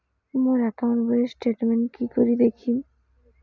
মোর account বইয়ের statement কি করি দেখিম?